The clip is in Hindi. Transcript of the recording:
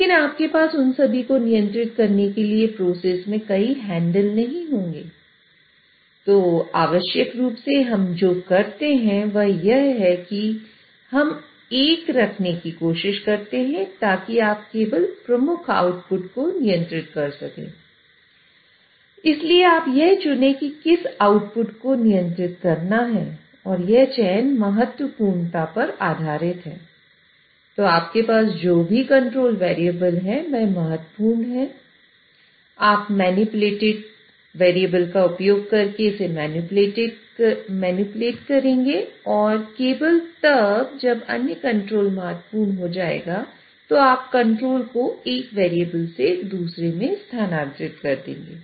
लेकिन आपके पास उन सभी को नियंत्रित करने के लिए प्रोसेस में कई हैंडल का उपयोग करके इसे मैनिपुलेट करेंगे और केवल तब जब अन्य कंट्रोल महत्वपूर्ण हो जाएगा तो आप कंट्रोल को एक वेरिएबल से दूसरे में स्थानांतरित कर देंगे